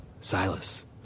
Silas